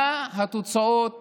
מה התוצאות בשטח?